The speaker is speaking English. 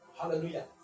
Hallelujah